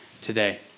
today